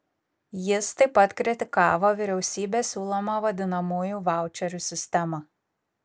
jis taip pat kritikavo vyriausybės siūlomą vadinamųjų vaučerių sistemą